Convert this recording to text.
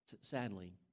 Sadly